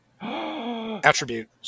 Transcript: attribute